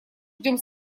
ждем